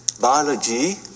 biology